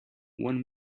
one